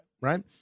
right